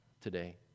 today